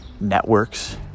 networks